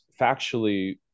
factually